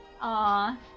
Aw